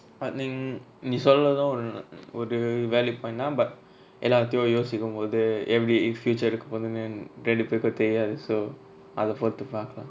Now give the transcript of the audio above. I think நீ சொல்ரது ஒன்னு ஒரு:nee solrathu onnu oru valid point uh but எல்லாத்தயு யோசிக்கும்போது எப்டி:ellathayu yosikumpothu epdi future இருக்கபோதுன்னு ரெண்டுபேருக்கு தெரியாது:irukapothunu renduperuku theriyathu so அத பொருத்து பாக்கலா:atha poruthu paakala